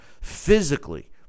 Physically